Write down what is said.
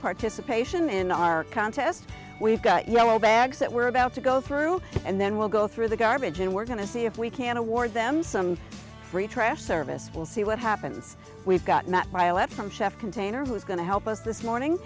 participation in our contest we've got yellow bags that we're about to go through and then we'll go through the garbage and we're going to see if we can award them some trash service we'll see what happens we've got some chef container who's going to help us this morning